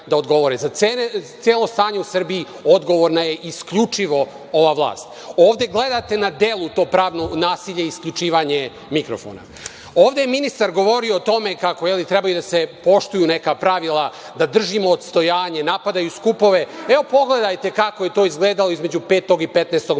Za celo stanje u Srbiji odgovorna je isključivo ova vlast. Ovde gledate na delu to pravno nasilje – isključivanje mikrofona. Ovde je ministar govorio o tome kako treba da se poštuju neka pravila, da držimo odstojanje, napadaju skupove. Evo, pogledajte kako je to izgledalo između 5. i 15. marta.